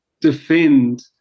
defend